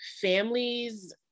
families